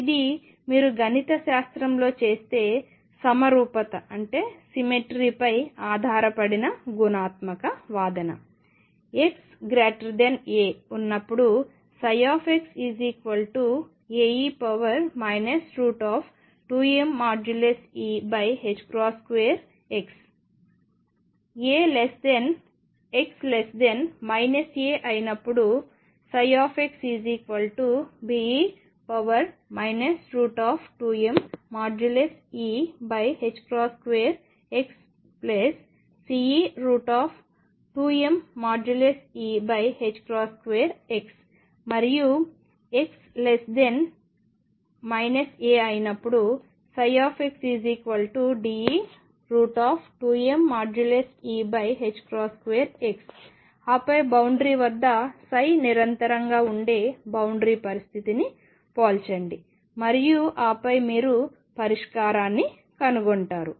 ఇది మీరు గణితశాస్త్రంలో చేస్తే సమరూపతసిమెట్రీపై ఆధారపడిన గుణాత్మక వాదన xa ఉన్నప్పుడు xAe 2mE2x a x a అయినప్పుడు xBe 2mE2xCe2mE2x మరియు x a అయినప్పుడు xDe2mE2x ఆపై బౌండరీ వద్ద నిరంతరాయంగా ఉండే బౌండరీ పరిస్థితిని సరిపోల్చండి మరియు ఆపై మీరు పరిష్కారాన్ని కనుగొంటారు